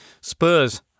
Spurs